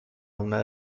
una